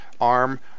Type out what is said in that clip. arm